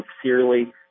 sincerely